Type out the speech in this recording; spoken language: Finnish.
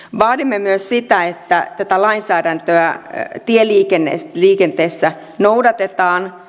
vaadimme myös sitä että tätä lainsäädäntöä tieliikenteessä noudatetaan